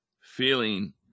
feeling